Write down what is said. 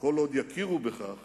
כל עוד יכירו בכך